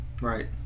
Right